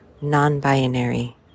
non-binary